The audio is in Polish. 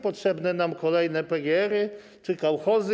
Potrzebne nam kolejne PGR-y czy kołchozy?